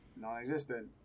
Non-existent